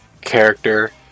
character